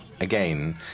again